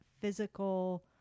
physical